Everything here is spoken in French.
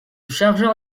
chargeur